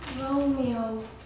Romeo